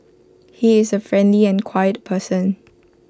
he is A friendly and quiet person